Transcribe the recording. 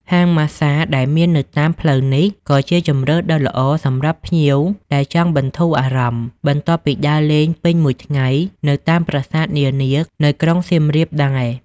ហាងម៉ាស្សាដែលមាននៅតាមផ្លូវនេះ ក៏ជាជម្រើសដ៏ល្អសម្រាប់ភ្ញៀវដែលចង់បន្ធូរអារម្មណ៍ បន្ទាប់ពីដើរលេងពេញមួយថ្ងៃនៅតាមប្រាសាទនានានៅក្រុងសៀមរាបដែរ។